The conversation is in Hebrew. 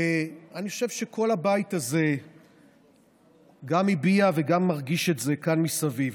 ואני חושב שכל הבית הזה גם הביע וגם מרגיש את זה כאן מסביב.